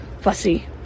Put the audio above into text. fussy